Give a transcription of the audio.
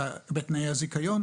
בתנאי הזיכיון,